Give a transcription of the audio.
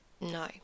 no